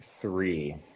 three